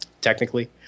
technically